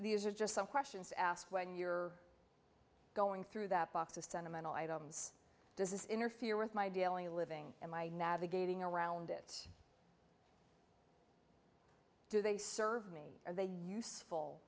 these are just some questions to ask when you're going through that box of sentimental items does this interfere with my daily living and my navigating around it do they serve me are they useful